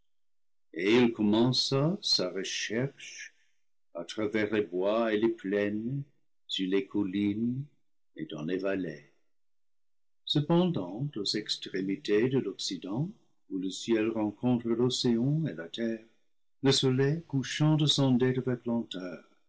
et il commença sa recherche à travers les bois et les plaines sur les collines et dans les vallées cependant aux extrémités de l'occident où le ciel rencontre l'océan et la terre le soleil couchant descendait avec lenteur